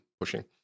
pushing